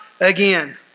again